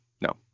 no